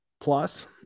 plus –